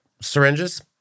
syringes